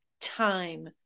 time